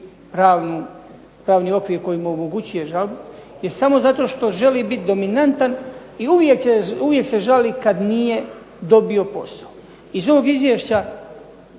pravni okvir koji mu omogućuje žalbu jer samo što želi biti dominantan i uvijek se žali kad nije dobio posao. Iz ovog izvješća